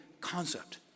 concept